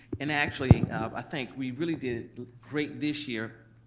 and actually i think we really did great this year,